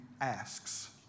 asks